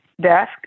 desk